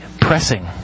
pressing